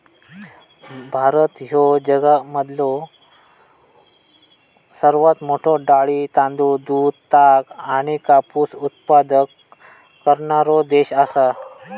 भारत ह्यो जगामधलो सर्वात मोठा डाळी, तांदूळ, दूध, ताग आणि कापूस उत्पादक करणारो देश आसा